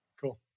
Cool